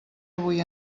avui